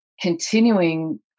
continuing